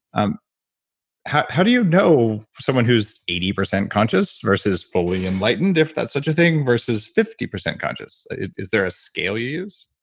um how how do you know for someone who's eighty percent conscious versus fully enlightened, if that's such a thing, versus fifty percent conscious? is there a scale you use?